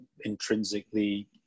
intrinsically